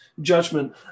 judgment